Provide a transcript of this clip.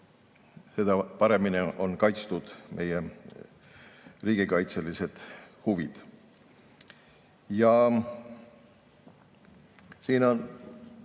seda paremini on kaitstud meie riigikaitselised huvid. Siin on